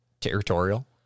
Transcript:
territorial